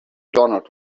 donald